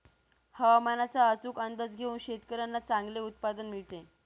हवामानाचा अचूक अंदाज घेऊन शेतकाऱ्यांना चांगले उत्पादन मिळते